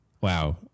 wow